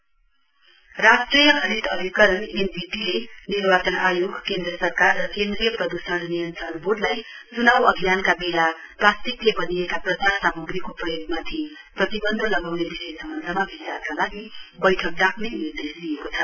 NGT राष्ट्रिय हरित अधिकरण एनजीटीले निर्वाचन आयोग केन्द्र सरकार र केन्द्रीय प्रद्षण नियन्त्रण बोर्डलाई च्नाउ अभियानका बेला प्लास्टिकले बनिएका प्रचार सामाग्रीको प्रयोगमाथि प्रतिबन्ध लगाउने विषय सम्बन्धमा विचारका लागि बैठक डाक्ने निर्दश दिएको छ